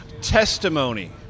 Testimony